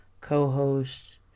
co-host